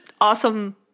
awesome